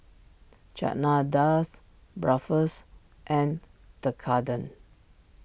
Chana Dal's Bratwurst and Tekkadon